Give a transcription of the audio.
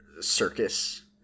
circus